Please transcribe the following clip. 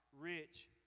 rich